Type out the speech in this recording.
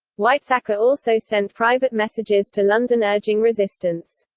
weizsacker also sent private messages to london urging resistance.